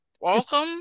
Welcome